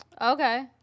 Okay